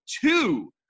two